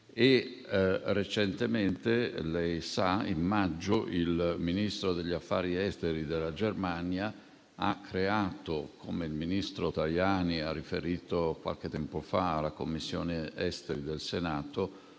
- come lei sa - il Ministro degli affari esteri della Germania ha creato - come il ministro Tajani ha riferito qualche tempo fa alla Commissione esteri del Senato